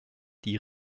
die